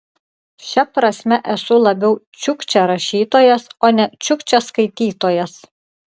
šia prasme esu labiau čiukčia rašytojas o ne čiukčia skaitytojas